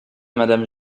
madame